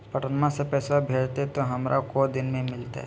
पटनमा से पैसबा भेजते तो हमारा को दिन मे मिलते?